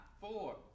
four